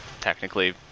technically